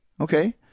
okay